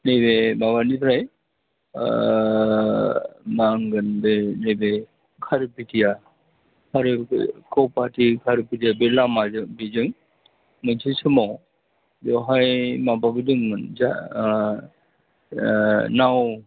नैबे माबानिफ्राय मा होनगोन बे नैबे खारुपेटिया कौपाटि खारुपेटिया बे लामाजों बेजों मोनसे समाव बेवहाय माबाबो दंमोन जा नाव